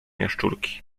jaszczurki